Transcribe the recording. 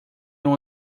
uma